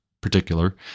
particular